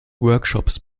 workshops